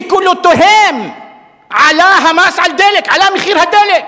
בקולותיהם עלה המס על הדלק, עלה מחיר הדלק.